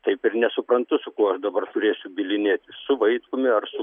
taip ir nesuprantu su kuo aš dabar turėsiu bylinėtis su vaitkumi ar su